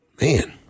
man